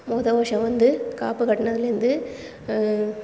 முத வருஷம் வந்து காப்பு கட்டினதுலேந்து